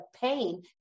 pain